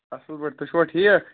اَصٕل پٲٹھۍ تُہۍ چھُوا ٹھیٖک